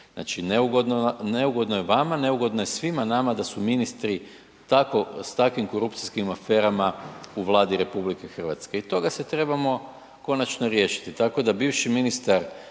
znači neugodno je vama, neugodno je svima nama da su ministri s takvim korupcijskim aferama u Vladi RH i toga se trebamo konačno riješiti tako da bivši ministar